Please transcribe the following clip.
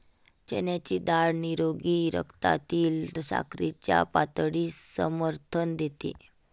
चण्याची डाळ निरोगी रक्तातील साखरेच्या पातळीस समर्थन देते